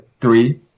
three